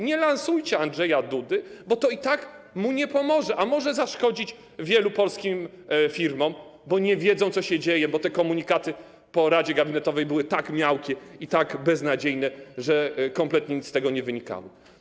Nie lansujcie Andrzeja Dudy, bo to i tak mu nie pomoże, a może zaszkodzić wielu polskim firmom, bo nie wiedzą, co się dzieje, bo te komunikaty po posiedzeniu Rady Gabinetowej były tak miałkie i tak beznadziejne, że kompletnie nic z tego nie wynikało.